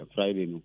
Friday